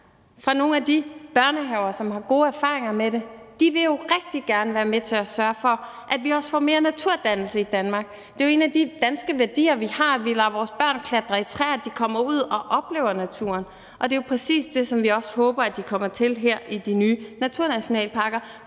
nogle af de børnehaver, som har gode erfaringer med det. De vil jo rigtig gerne være med til at sørge for, at vi også får mere naturdannelse i Danmark. Det er jo en af de danske værdier, vi har, at vi lader vores børn klatre i træer, at de kommer ud og oplever naturen. Og det er jo præcis det, som vi også håber at de kommer til i de nye naturnationalparker,